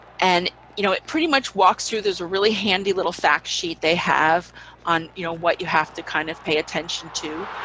and you know it pretty much walks through there's a really handy little fact sheet they have on you know what you have to kind of pay attention to,